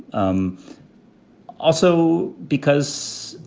um also, because